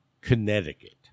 Connecticut